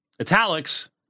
italics